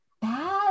bad